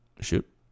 Shoot